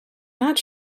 not